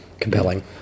compelling